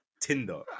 Tinder